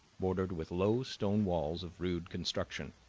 bordered with low stone walls of rude construction,